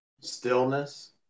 Stillness